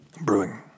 Brewing